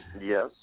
Yes